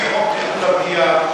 לפי חוק תכנון הבנייה,